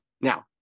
Now